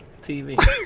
TV